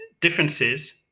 differences